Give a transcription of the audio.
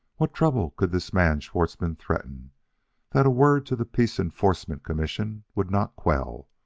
what trouble could this man schwartzmann threaten that a word to the peace enforcement commission would not quell?